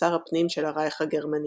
ושר הפנים של הרייך הגרמני.